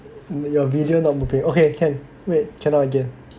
your visual not okay okay can wait cannot again